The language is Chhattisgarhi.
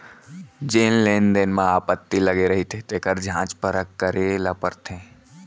जेन लेन देन म आपत्ति लगे रहिथे तेखर जांच परख करे ल परथे